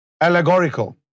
allegorical